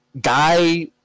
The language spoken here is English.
Guy